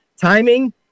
timing